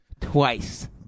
Twice